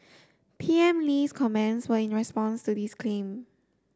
P M Lee's comments were in response to this claim